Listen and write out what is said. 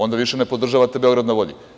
Onda više ne podržavate „Beograd na vodi“